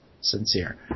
sincere